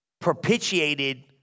propitiated